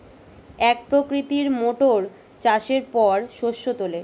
এক প্রকৃতির মোটর চাষের পর শস্য তোলে